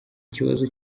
kibazo